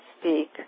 speak